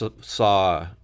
saw